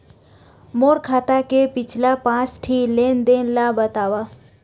मोर खाता के पिछला पांच ठी लेन देन ला बताव?